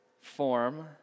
form